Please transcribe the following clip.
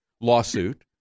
lawsuit